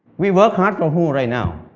we work hard for whom right now?